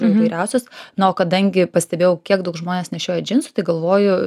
įvairiausios na o kadangi pastebėjau kiek daug žmonės nešioja džinsus tai galvoju